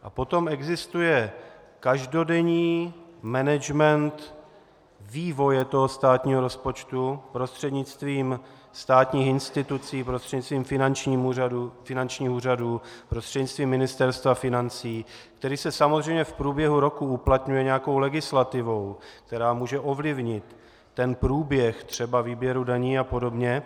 A potom existuje každodenní management vývoje státního rozpočtu prostřednictvím státních institucí, prostřednictvím finančních úřadů, prostřednictvím Ministerstva financí, který se samozřejmě v průběhu roku uplatňuje nějakou legislativou, která může ovlivnit průběh výběru daní a podobně.